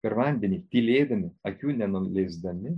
per vandenį tylėdami akių nenuleisdami